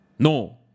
No